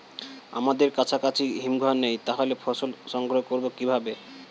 আমাদের কাছাকাছি হিমঘর নেই তাহলে ফসল সংগ্রহ করবো কিভাবে?